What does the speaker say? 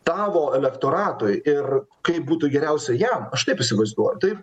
tavo elektoratui ir kaip būtų geriausia jam aš taip įsivaizduoju taip